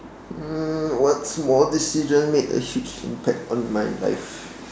um what small decision made a huge impact on my life